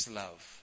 love